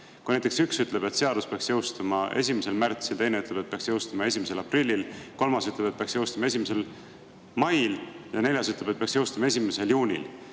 Kui näiteks üks ütleb, et seadus peaks jõustuma 1. märtsil, teine ütleb, et peaks jõustuma 1. aprillil, kolmas ütleb, et peaks jõustuma 1. mail, ja neljas ütleb, et peaks jõustuma 1. juunil,